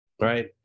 right